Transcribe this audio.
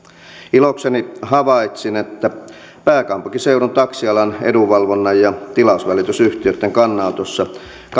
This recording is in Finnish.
ilokseni havaitsin että pääkaupunkiseudun taksialan edunvalvonnan ja tilausvälitysyhtiöitten kannanotossa kannetaan